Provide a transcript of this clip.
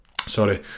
sorry